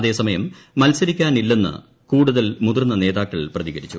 അതേസമയം മൽസരിക്കാനില്ലെന്ന് മുതിർന്ന കൂടുതൽ മുതിർന്ന നേതാക്കൾ പ്രതികരിച്ചു